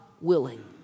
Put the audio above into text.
willing